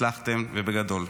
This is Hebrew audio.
הצלחתם ובגדול.